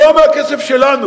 לא מהכסף שלנו.